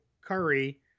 Curry –